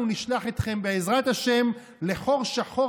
אנחנו נשלח אתכם בעזרת השם לחור שחור